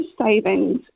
savings